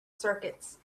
circuits